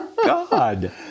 God